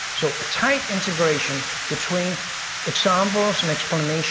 so a tight integration between examples and explanation